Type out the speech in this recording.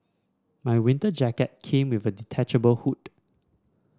my winter jacket came with a detachable hood